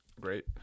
great